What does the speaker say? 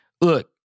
look